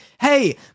hey